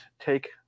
take